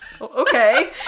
Okay